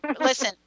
Listen